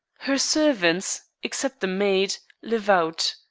her servants, except the maid, live out.